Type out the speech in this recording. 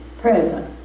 present